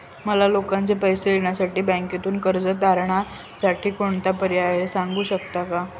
मला लोकांचे पैसे देण्यासाठी बँकेतून कर्ज तारणसाठी कोणता पर्याय आहे? सांगू शकता का?